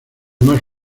más